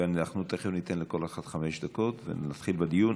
ואנחנו תכף ניתן לכל אחת חמש דקות, ונתחיל בדיון.